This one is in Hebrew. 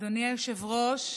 אדוני היושב-ראש,